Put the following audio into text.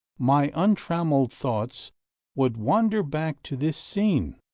my untrammelled thoughts would wander back to this scene,